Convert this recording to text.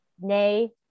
Nay